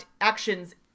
actions